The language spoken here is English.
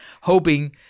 hoping